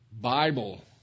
Bible